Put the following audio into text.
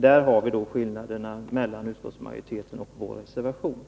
Den skillnaden framgår av vår reservation.